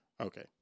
Okay